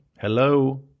Hello